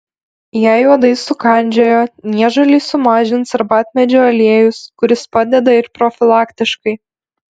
jei uodai sukandžiojo niežulį sumažins arbatmedžio aliejus kuris padeda ir profilaktiškai